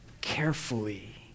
carefully